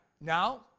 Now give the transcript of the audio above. Now